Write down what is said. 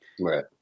Right